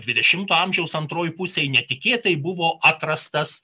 dvidešimto amžiaus antroj pusėje netikėtai buvo atrastas